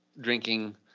Drinking